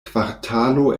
kvartalo